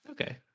Okay